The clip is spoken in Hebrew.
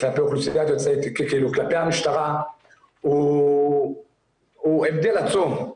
כלפי המשטרה הוא הבדל עצום.